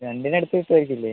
രണ്ടിനടുത്ത് കിട്ടുമായിരിക്കൂല്ലേ